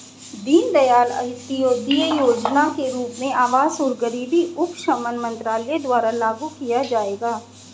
दीनदयाल अंत्योदय योजना के रूप में आवास और गरीबी उपशमन मंत्रालय द्वारा लागू किया जाएगा